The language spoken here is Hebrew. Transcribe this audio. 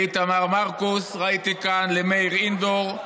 לאיתמר מרקוס, ראיתי כאן, למאיר אינדור,